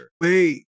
Wait